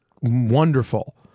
wonderful